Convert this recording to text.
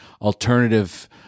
alternative